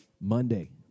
Monday